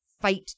fight